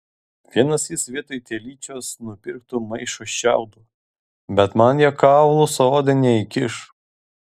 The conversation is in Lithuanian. vienas jis vietoj telyčios nupirktų maišą šiaudų bet man jie kaulų su oda neįkiš